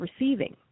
receiving